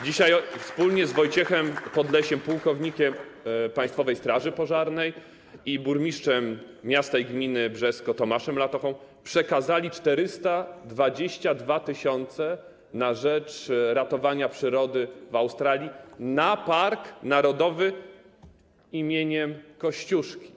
dzisiaj wspólnie z Wojciechem Podlesiem, pułkownikiem Państwowej Straży Pożarnej, i burmistrzem miasta i gminy Brzesko Tomaszem Latochą przekazali 422 tys. na rzecz ratowania przyrody w Australii, na Park Narodowy im. Kościuszki.